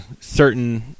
certain